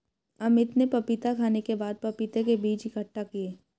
अमित ने पपीता खाने के बाद पपीता के बीज इकट्ठा किए